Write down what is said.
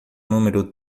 número